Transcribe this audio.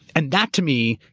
and that, to me,